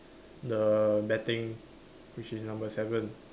the betting which is number seven